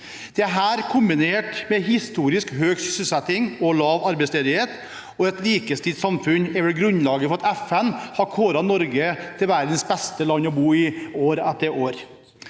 Dette, kombinert med historisk høy sysselsetting, lav arbeidsledighet og et likestilt samfunn, er vel grunnlaget for at FN har kåret Norge til verdens beste land å bo i år etter år.